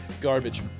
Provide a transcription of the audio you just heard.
Garbage